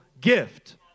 gift